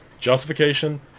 justification